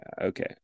okay